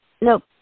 nope